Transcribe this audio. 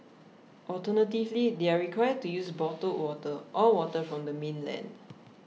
alternatively they are required to use bottled water or water from the mainland